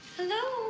Hello